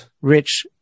rich